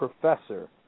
professor